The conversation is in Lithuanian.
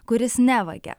kuris nevagia